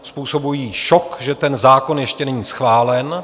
Způsobuje jí šok, že ten zákon ještě není schválen.